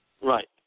Right